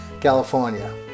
california